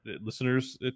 listeners